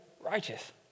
righteous